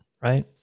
right